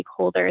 stakeholders